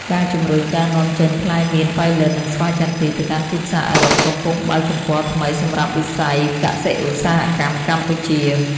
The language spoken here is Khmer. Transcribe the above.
ការជំរុញការនាំចេញផ្លែមានប៉ៃលិន និងស្វាយចន្ទីទៅកាន់ទីផ្សារអឺរ៉ុបកំពុងបើកទំព័រថ្មីសម្រាប់វិស័យកសិឧស្សាហកម្មកម្ពុជា។